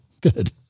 Good